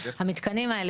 המתקנים האלה